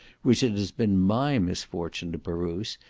which it has been my misfortune to peruse,